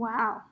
Wow